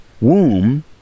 womb